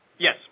Yes